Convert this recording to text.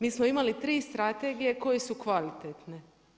Mi smo imali tri strategije koje su kvalitetne.